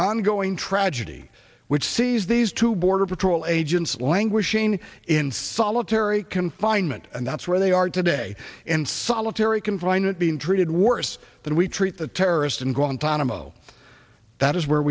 ongoing tragedy which sees these two border patrol agents languishing in solitary confinement and that's where they are today in solitary confinement being treated worse than we treat the terrorist in guantanamo that is where